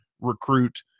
recruit